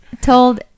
told